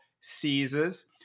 Caesars